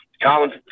Colin